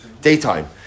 Daytime